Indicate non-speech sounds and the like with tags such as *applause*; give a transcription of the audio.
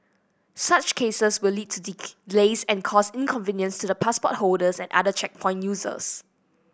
such cases will lead to *unintelligible* and cause inconvenience to the passport holders and other checkpoint users